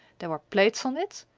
there were plates on it,